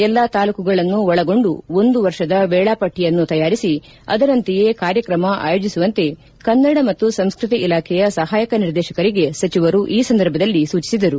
ಎಲ್ಲಾ ತಾಲೂಕುಗಳನ್ನು ಒಳಗೊಂಡು ಒಂದು ವರ್ಷದ ವೇಳಾಪಟ್ಟಿಯನ್ನು ತಯಾರಿಸಿ ಅದರಂತೆಯೇ ಕಾರ್ಯಕ್ರಮ ಆಯೋಜಿಸುವಂತೆ ಕನ್ನಡ ಮತ್ತು ಸಂಸ್ಟತಿ ಇಲಾಖೆಯ ಸಹಾಯಕ ನಿರ್ದೇಶಕರಿಗೆ ಸಚಿವರು ಈ ಸಂದರ್ಭದಲ್ಲಿ ಸೂಚಿಸಿದರು